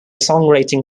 songwriting